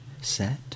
set